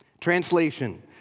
Translation